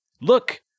look